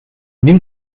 nimm